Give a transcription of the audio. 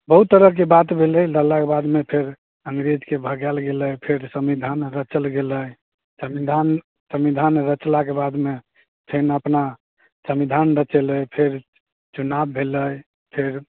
बहुत तरहके बात भेलै लड़लाक बादमे फेर अङ्ग्रेजके भगाएल गेलै फेर सम्विधान रचल गेलै सम्विधान सम्विधान रचलाके बादमे फेन अपना सम्विधान रचेलै फेर चुनाब भेलै फेर